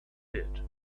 pit